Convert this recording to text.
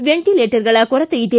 ವೆಂಟಲೇಟರ್ಗಳ ಕೊರತೆ ಇದೆ